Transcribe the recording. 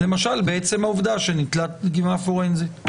למשל, בעצם העובדה שניטלה דגימה פורנזית?